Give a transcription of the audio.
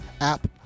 app